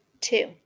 Two